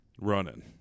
Running